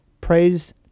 praise